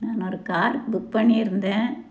நான் நான் ஒரு கார் புக் பண்ணியிருந்தேன்